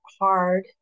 hard